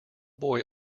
boy